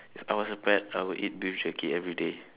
if I was a pet I would eat beef jerky everyday